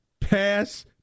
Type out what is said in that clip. pass